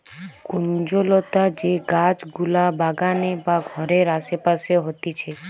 কুঞ্জলতা যে গাছ গুলা বাগানে বা ঘরের আসে পাশে হতিছে